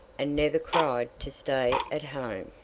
and never cried to stay at home.